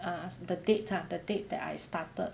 uh the date lah the date that I started